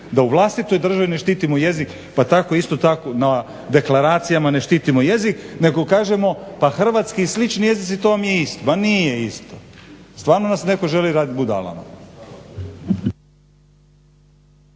da u vlastitoj državi ne štitimo jezik, pa tako isto tako na deklaracijama ne štitimo jezik nego kažemo pa hrvatski i slični jezici to vam je isto. Ma nije isto! Stvarno nas netko želi radit budalama.